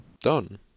done